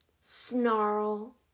Snarl